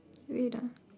wait ah